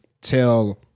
tell